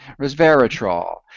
resveratrol